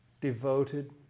devoted